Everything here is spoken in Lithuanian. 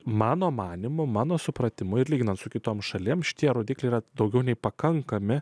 mano manymu mano supratimu ir lyginant su kitoms šalims šie rodikliai yra daugiau nei pakankami